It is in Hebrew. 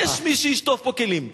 יש מי שישטוף פה כלים,